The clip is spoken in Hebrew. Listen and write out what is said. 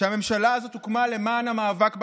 שהממשלה הזאת הוקמה למען המאבק בקורונה.